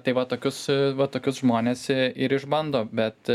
tai va tokius va tokius žmones ir išbando bet